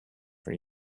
for